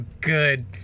good